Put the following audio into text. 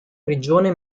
prigione